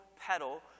petal